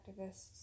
activists